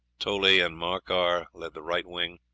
toley and morcar led the right wing,